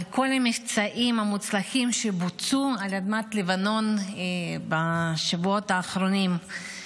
על כל המבצעים המוצלחים שבוצעו על אדמת לבנון בשבועות האחרונים.